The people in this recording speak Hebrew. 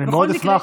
אני מאוד אשמח,